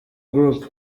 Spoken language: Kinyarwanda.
group